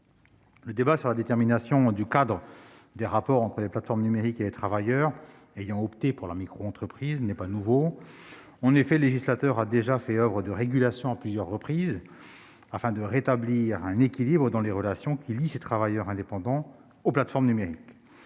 Le débat sur la détermination du cadre des rapports entre les plateformes numériques et les travailleurs ayant opté pour la microentreprise n'est pas nouveau. En effet, le législateur a déjà fait oeuvre de régulation à plusieurs reprises, afin de rétablir un équilibre dans les relations qui lient ces travailleurs indépendants aux plateformes numériques.